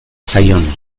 zaion